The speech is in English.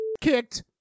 kicked